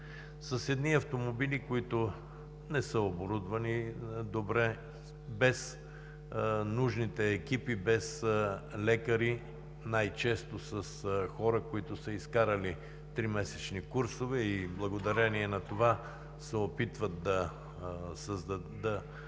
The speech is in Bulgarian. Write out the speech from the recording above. с едни автомобили, които не са оборудвани добре, без нужните екипи, без лекари, най-често с хора, които са изкарали тримесечни курсове и благодарение на това се опитват да предложат